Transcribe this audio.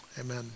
Amen